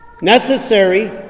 Necessary